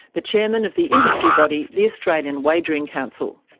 the chairman of the industry body, the australian wagering council.